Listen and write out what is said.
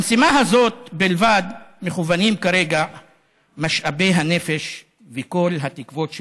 למשימה הזאת בלבד מכוונים כרגע משאבי הנפש וכל התקוות שלנו.